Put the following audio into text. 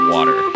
Water